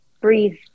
breathe